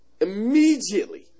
Immediately